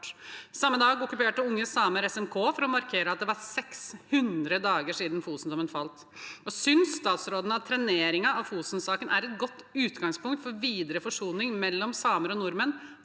samer Statsministerens kontor, SMK, for å markere at det var 600 dager siden Fosen-dommen falt. Synes statsråden at treneringen av Fosen-saken er et godt utgangspunkt for videre forsoning mellom samer og nordmenn?